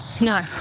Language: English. no